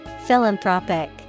Philanthropic